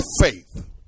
faith